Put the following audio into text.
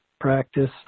practice